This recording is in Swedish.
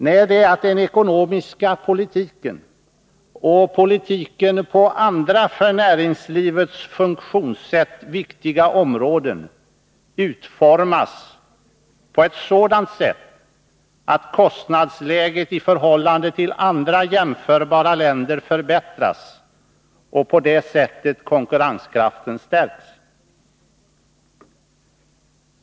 Nej, det är att den ekonomiska politiken och politiken på andra för näringslivets funktionssätt viktiga områden utformas på ett sådant sätt att kostnadsläget i förhållande till andra jämförbara länder förbättras och konkurrenskraften på det sättet stärks.